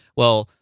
well,